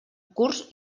curts